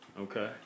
okay